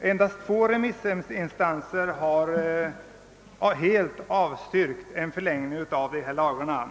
Endast två remissinstanser har helt avstyrkt en förlängning av dessa lagar.